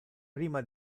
prima